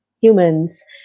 humans